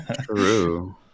true